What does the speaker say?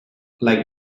like